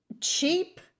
cheap